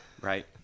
right